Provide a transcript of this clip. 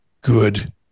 good